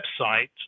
website